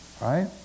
Right